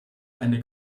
eine